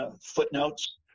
footnotes